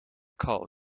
call